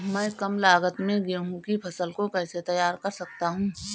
मैं कम लागत में गेहूँ की फसल को कैसे तैयार कर सकता हूँ?